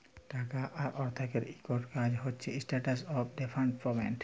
টাকা বা অথ্থের ইকট কাজ হছে ইস্ট্যান্ডার্ড অফ ডেফার্ড পেমেল্ট